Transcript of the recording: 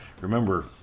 Remember